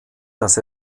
dass